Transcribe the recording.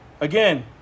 Again